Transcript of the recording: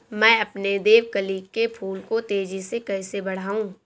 मैं अपने देवकली के फूल को तेजी से कैसे बढाऊं?